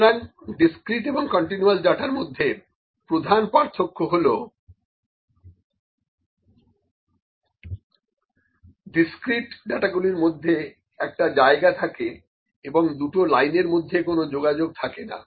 সুতরাং ডিসক্রিট এবং কন্টিনিউয়াস ডাটার মধ্যে প্রধান পার্থক্য হলো যে ডিসক্রিট ডাটাগুলির মধ্যে একটা জায়গা থাকে এবং দুটো লাইনের মধ্যে কোনো যোগাযোগ থাকে না